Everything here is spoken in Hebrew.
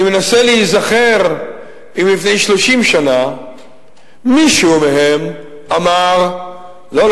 אני מנסה להיזכר אם לפני 30 שנה מישהו מן הכותבים אמר: לא,